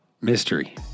mystery